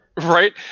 Right